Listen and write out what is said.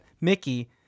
Mickey